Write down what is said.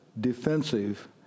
defensive